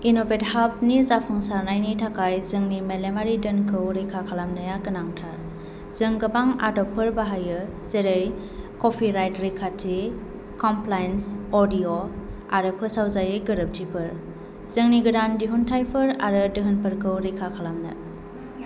इन्नोभेटहाबनि जाफुंसारनायनि थाखाय जोंनि मेलेमारि धोनखौ रैखा खालामनाया गोनांथार जों गोबां आदबफोर बाहायो जेरै कपिराइट रैखाथि कमप्लायन्स अडिअ आरो फोसावजायै गोरोबथिफोर जोंनि गोदान दिहुनथायफोर आरो दोहोनफोरखौ रैखा खालामनो